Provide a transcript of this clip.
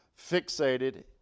fixated